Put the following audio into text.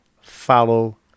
follow